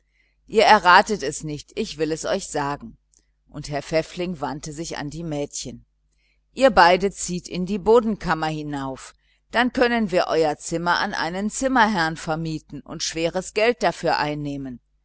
ihr erratet es nicht ich will es euch sagen und herr pfäffling wandte sich an die mädchen ihr beiden zieht in die bodenkammer hinauf dann können wir euer zimmer an einen zimmerherrn vermieten und schweres geld dafür einnehmen